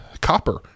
copper